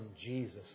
Jesus